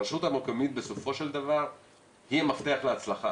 הרשות המקומית בסופו של דבר היא המפתח להצלחה